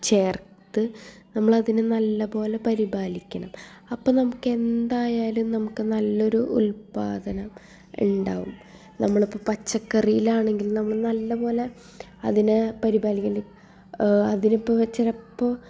ചേർത്ത് നമ്മളതിനെ നല്ല പോലെ പരിപാലിക്കണം അപ്പോൾ നമുക്ക് എന്തായാലും നമുക്ക് നല്ലൊരു ഉൽപാദനം ഉണ്ടാവും നമ്മളിപ്പോൾ പച്ചക്കറിയിലാണെങ്കിൽ നല്ല പോലെ അതിനെ പരിപാലിക്കേണ്ടിയും അതിനിപ്പോൾ ചിലപ്പോൾ